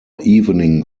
evening